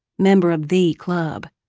member of the club.